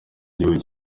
gihugu